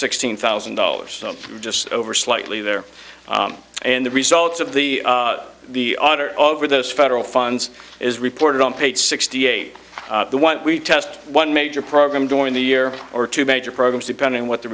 sixteen thousand dollars just over slightly there and the results of the the author of are those federal funds is reported on page sixty eight the one we test one major program during the year or two major programs depending what the